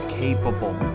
capable